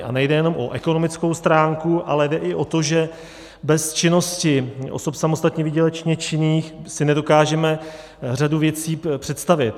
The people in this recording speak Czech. A nejde jenom o ekonomickou stránku, ale jde i o to, že bez činnosti osob samostatně výdělečně činných si nedokážeme řadu věcí představit.